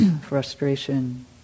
frustration